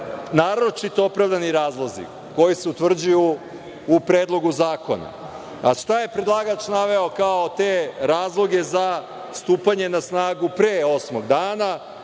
naročito opravdani razlozi koji se utvrđuju u Predlogu zakona. Šta je predlagač naveo kao te razloge za stupanje na snagu pre osmog dana?